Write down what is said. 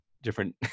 different